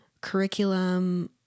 curriculum